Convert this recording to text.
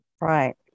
Right